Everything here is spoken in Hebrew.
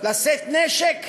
לשאת נשק,